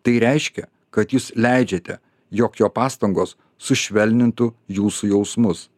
tai reiškia kad jūs leidžiate jog jo pastangos sušvelnintų jūsų jausmus